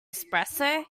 espresso